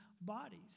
bodies